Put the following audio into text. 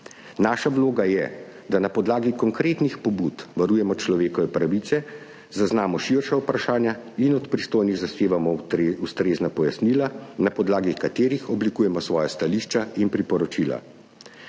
Naša vloga je, da na podlagi konkretnih pobud varujemo človekove pravice, zaznamo širša vprašanja in od pristojnih zahtevamo ustrezna pojasnila, na podlagi katerih oblikujemo svoja stališča in priporočila.